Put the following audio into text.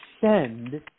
send